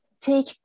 take